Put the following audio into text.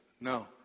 no